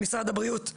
למשרד הבריאות,